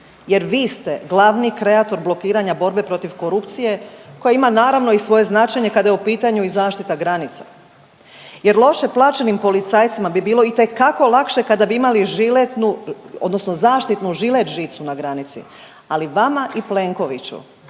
jer vi ste glavni kreator blokiranja borbe protiv korupcije, koje ima, naravno i svoje značenje kada je u pitanju i zaštita granica. Jer loše plaćenim policajcima bi bilo itekako lakše kada bi imali žiletnu, odnosno zaštitnu žilet-žicu na granici, ali vama i Plenkoviću